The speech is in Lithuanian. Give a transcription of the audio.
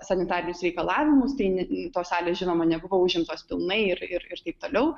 sanitarinius reikalavimus tai ne tos salės žinoma nebuvo užimtos pilnai ir ir taip toliau